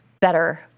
better